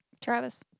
Travis